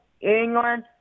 England